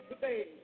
today